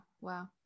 wow